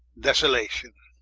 desolation.